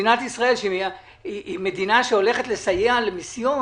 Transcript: מדינת ישראל הולכת לסייע למיסיון